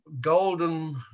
golden